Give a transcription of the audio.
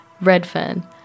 Redfern